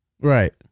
Right